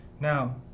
Now